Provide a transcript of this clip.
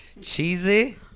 Cheesy